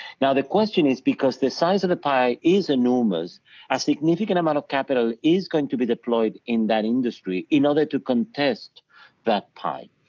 now, the question is because the size of the pie is enormous a significant amount of capital is going to be deployed in that industry in order to contest that pie.